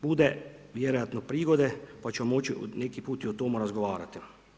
Bude vjerojatno prigode pa ću moći neki put i o tome razgovarati.